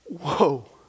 Whoa